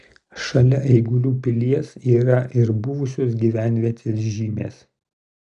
šalia eigulių pilies yra ir buvusios gyvenvietės žymės